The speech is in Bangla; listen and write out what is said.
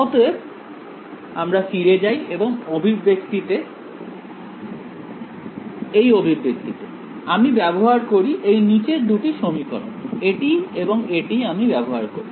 অতএব আমরা ফিরে যাই এই অভিব্যক্তিতে আমি ব্যবহার করি এই নিচের দুটি সমীকরণ এটি এবং এটি আমি ব্যবহার করি